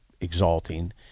exalting